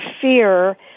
fear